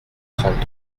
trente